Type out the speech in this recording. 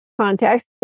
context